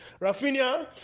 Rafinha